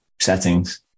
settings